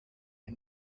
der